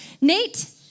Nate